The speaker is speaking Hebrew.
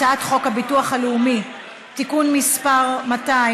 הצעת חוק הביטוח הלאומי (תיקון מס' 200),